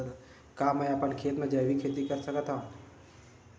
का मैं अपन खेत म जैविक खेती कर सकत हंव?